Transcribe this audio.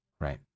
Right